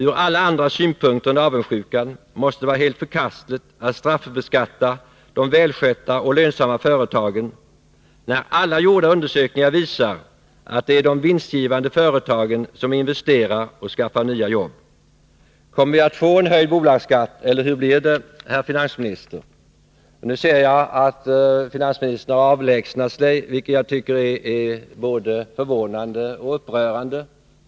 Ur alla andra synpunkter än avundsjukan måste det vara helt förkastligt att straffbeskatta de välskötta och lönsamma företagen, när alla gjorda undersökningar visar att det är de vinstgivande företagen som investerar och skaffar nya jobb. Kommer vi att få en höjd bolagsskatt, eller hur blir det, herr finansminister? Nu ser jag att finansministern har avlägsnat sig, vilket jag tycker är både förvånande och upprörande.